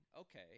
Okay